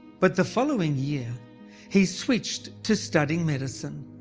but the following year he switched to studying medicine.